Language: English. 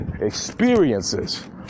experiences